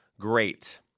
great